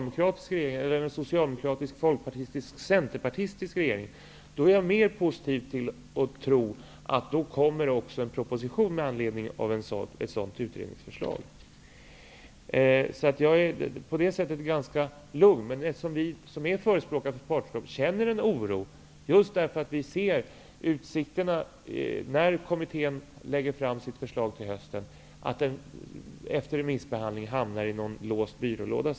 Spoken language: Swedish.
Med en socialdemokratisk-folkpartistisk-centerpartistisk regering har jag mer anledning att tro att det skulle komma en proposition med anledning av ett sådant utredningsförslag. Jag är därför ganska lugn. Men vi som förespråkar partnerskap känner oro just för att vi ser att utsikterna för ett lagförslag från kommittén, när det läggs fram till hösten, efter remissbehandling kommer att läggas i en låst byrålåda.